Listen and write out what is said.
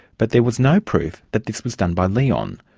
but there was no proof that this was done by leon.